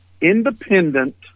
independent